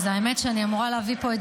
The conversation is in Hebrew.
אז האמת היא שאני אמורה להביא פה את